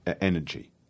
energy